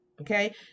Okay